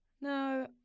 No